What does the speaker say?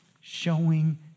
Showing